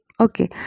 okay